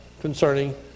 concerning